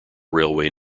railway